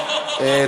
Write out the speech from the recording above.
הו, הו, הו, הו.